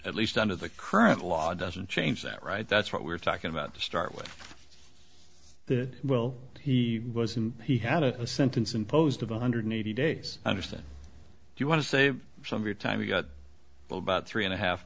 at least under the current law doesn't change that right that's what we're talking about to start with that well he was and he had a sentence imposed of one hundred eighty days i understand you want to save some of your time we've got about three and a half